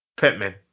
Pittman